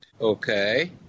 Okay